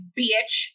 bitch